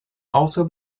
also